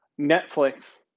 Netflix